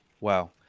Wow